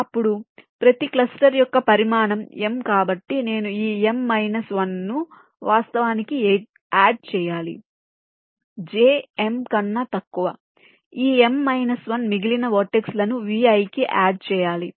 అప్పుడు ప్రతి క్లస్టర్ యొక్క పరిమాణం m కాబట్టి నేను ఈ m మైనస్ 1 ను వాస్తవానికి యాడ్ చేయాలి j m కన్నా తక్కువ ఈ m మైనస్ 1 మిగిలిన వర్టెక్స్ లను Vi కి యాడ్ చేయాలి